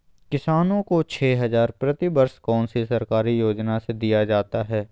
किसानों को छे हज़ार प्रति वर्ष कौन सी सरकारी योजना से दिया जाता है?